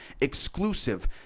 Exclusive